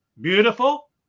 Beautiful